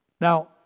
Now